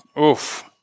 Oof